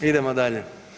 Idemo dalje.